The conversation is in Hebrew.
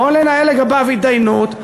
בואו ננהל לגביו התדיינות,